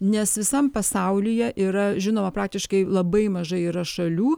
nes visam pasaulyje yra žinoma praktiškai labai mažai yra šalių